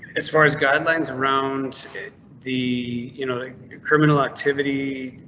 as far as guidelines around the you know the criminal activity.